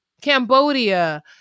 Cambodia